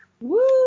Woo